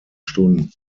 stunden